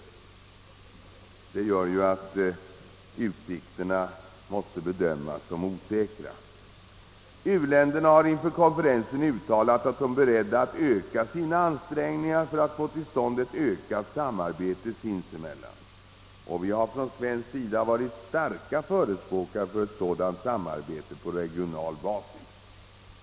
Detta gör att utsikterna måste bedömas såsom osäkra. U-länderna har inför konferensen uttalat att de är beredda att öka sina ansträngningar för att få till stånd ett ökat samarbete sinsemellan. Vi har från svensk sida varit starka förespråkare för ett sådant samarbete på regional basis.